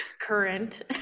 current